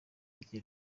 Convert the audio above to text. gito